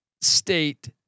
State